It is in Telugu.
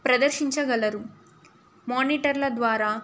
ప్రదర్శించగలరు మానిటర్ల ద్వారా